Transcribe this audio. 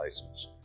license